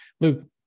Luke